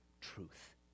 truth